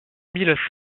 mille